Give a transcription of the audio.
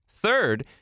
Third